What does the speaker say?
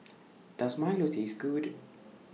Does Milo Taste Good